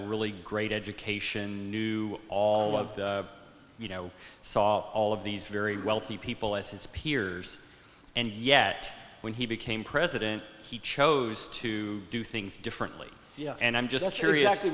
a really great education knew all of the you know saw all of these very wealthy people as his peers and yet when he became president he chose to do things differently and i'm just curious